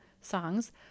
songs